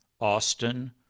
Austin